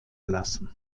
lassen